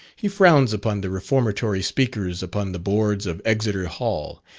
he frowns upon the reformatory speakers upon the boards of exeter hall,